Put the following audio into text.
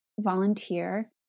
volunteer